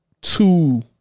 two